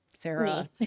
Sarah